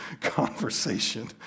conversation